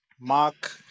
Mark